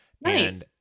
Nice